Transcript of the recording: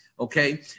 Okay